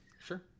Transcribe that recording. sure